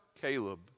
Caleb